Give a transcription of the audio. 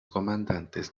comandantes